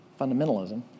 fundamentalism